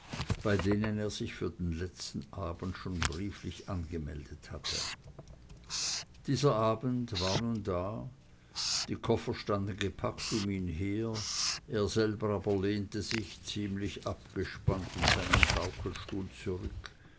bei denen er sich für den letzten abend schon brieflich angemeldet hatte dieser abend war nun da die koffer standen gepackt um ihn her er selber aber lehnte sich ziemlich abgespannt in seinen schaukelstuhl zurück